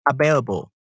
available